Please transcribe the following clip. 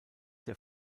der